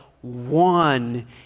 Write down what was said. one